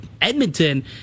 Edmonton